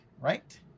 right